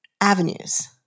avenues